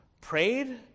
prayed